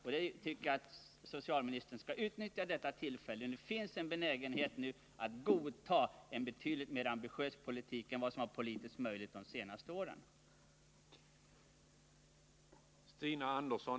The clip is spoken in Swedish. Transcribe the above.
Jag tycker att socialministern skall utnyttja det förhållandet att det nu finns en benägenhet att godta en betydligt mer ambitiös politik än vad som tydligen varit möjligt under de senaste åren.